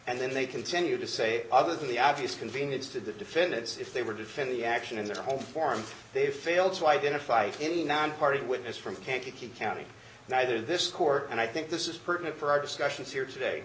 and then they continue to say other than the obvious convenience to the defendants if they were defending the action in their own form they fail to identify any nonparty witness from the can to keep counting neither this court and i think this is pertinent for our discussions here today